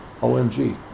OMG